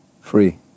Free